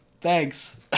Thanks